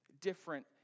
different